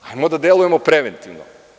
Hajmo da delujemo preventivno.